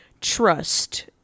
trust